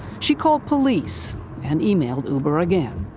she called police and emailed uber again.